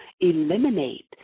eliminate